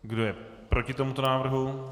Kdo je proti tomuto návrhu?